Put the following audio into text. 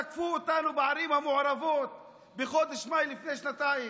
שתקפו אותנו בערים המעורבות בחודש מאי לפני שנתיים.